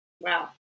Wow